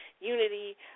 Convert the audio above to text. Unity